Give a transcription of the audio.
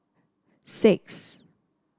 six